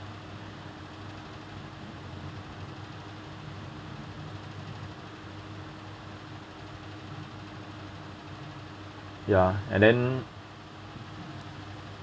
ya and then